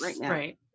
Right